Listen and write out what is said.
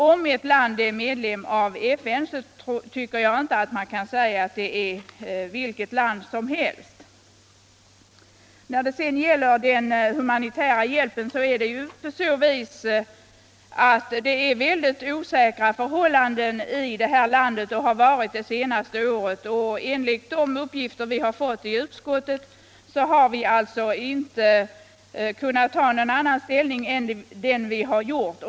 Om ett land är medlem av FN tycker jag inte att man kan säga att det är vilket land som helst. När det gäller den humanitära hjälpen råder mycket osäkra förhållanden i det här landet — det har varit så under det senaste året — och enligt de uppgifter vi fått i utskottet har vi därför inte kunnat inta någon annan ställning än vi gjort.